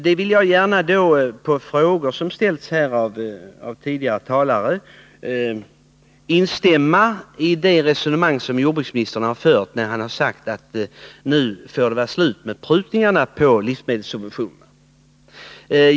Jag vill gärna instämma i det resonemang som jordbruksministern har fört med anledning av frågor som ställts av tidigare talare, i vilket han sagt att det nu får vara slut med prutningarna på livsmedelssubventionerna.